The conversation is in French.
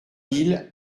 mille